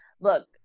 look